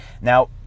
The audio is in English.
Now